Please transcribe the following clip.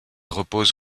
repose